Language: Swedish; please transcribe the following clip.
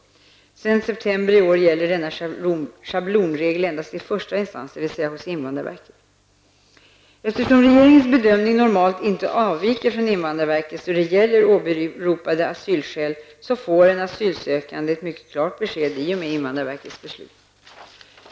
Sedan september i år gäller denna schablonregel endast i första instans, dvs. hos invandrarverket. Eftersom regeringens bedömningar normalt inte avviker från invandrarverkets då det gäller åberopade asylskäl, får en asylsökande ett mycket klart besked i och med invandrarverkets beslut.